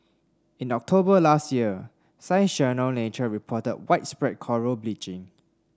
in October last year Science Journal Nature reported widespread coral bleaching